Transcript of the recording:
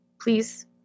please